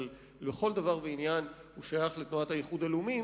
לכל דבר ועניין הוא שייך לתנועת האיחוד הלאומי,